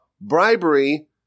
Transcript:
bribery